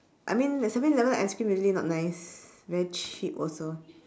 I mean like seven-eleven ice-cream usually not nice very cheap also